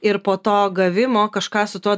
ir po to gavimo kažką su tuo daryti